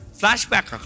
flashback